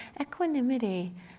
equanimity